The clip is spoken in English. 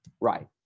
Right